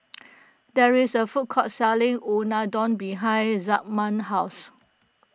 there is a food court selling Unadon behind Zigmund's house